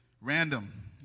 Random